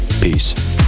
Peace